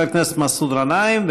חבר הכנסת מסעוד גנאים,